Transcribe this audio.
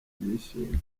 bishimye